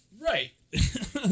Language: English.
Right